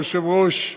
ברשות היושב-ראש,